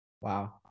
Wow